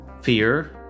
fear